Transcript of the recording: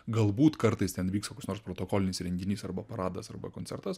galbūt kartais ten vyks koks nors protokolinis renginys arba paradas arba koncertas